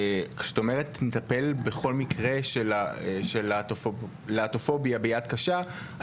כשאת אומרת נטפל בכל מקרה של להט"בופוביה ביד קשה,